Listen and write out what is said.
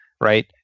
right